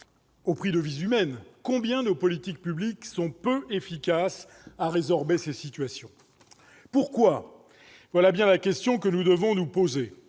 au prix de vies humaines, combien nos politiques publiques sont peu efficaces pour résorber ces situations. Pourquoi ? Voilà bien la question que nous devons nous poser.